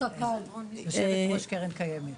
יושבת ראש קרן קיימת.